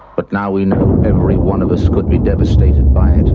but now we know every one of us could be devastated by it.